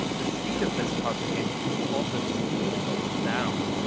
the speed of this propagation is called the speed of sound,